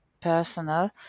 personal